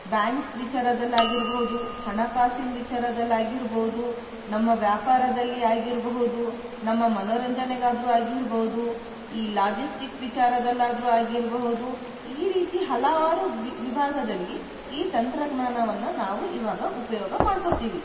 bank ವಿಚಾರದಲ್ಲಾಗಿರಬಹುದು ಹಣಕಾಸಿನ ವಿಚಾರದಲ್ಲಾಗಿರಬಹುದು ನಮ್ಮ ವ್ಯಾಪಾರದಲ್ಲಿ ಆಗಿರಬಹುದು ನಮ್ಮ ಮನೋರಂಜನೆಗಾದರೂ ಆಗಿರಬಹುದು ಈ ಲಾಜಿಸ್ಟಿಕ್ ವಿಚಾರದಲ್ಲಾದರೂ ಆಗಿರಬಹುದು ಈ ರೀತಿ ಹಲವಾರು ವಿ ವಿಭಾಗದಲ್ಲಿ ಈ ತಂತ್ರಜ್ಞಾನವನ್ನು ನಾವು ಈವಾಗ ಉಪಯೋಗ ಮಾಡ್ಕೋತೀವಿ